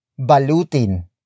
Balutin